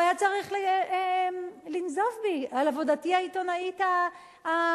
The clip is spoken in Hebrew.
הוא היה צריך לנזוף בי על עבודתי העיתונאית הלא-רצינית.